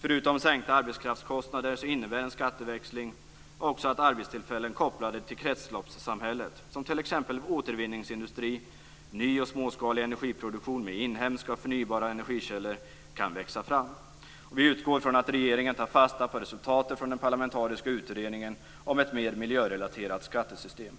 Förutom sänkta arbetskraftskostander innebär en skatteväxling också att arbetstillfällen kopplade till kretsloppssamhället - t.ex. återvinningsindustri och ny och småskalig energiproduktion med inhemska och förnybara energikällor - kan växa fram. Vi utgår från att regeringen tar fasta på resultatet från den parlamentariska utredningen om ett mer miljörelaterat skattesystem.